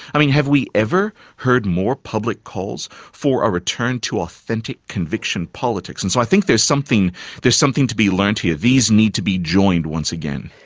i mean, have we ever heard more public calls for a return to authentic conviction politics? and so i think there's something there's something to be learnt here these need to be joined once again.